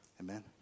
Amen